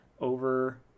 over